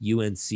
UNC